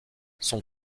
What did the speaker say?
son